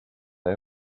and